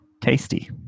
tasty